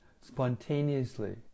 spontaneously